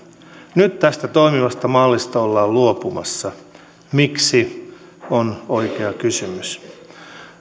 nyt tästä toimivasta mallista ollaan luopumassa miksi on oikea kysymys